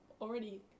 already